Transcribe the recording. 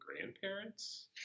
grandparents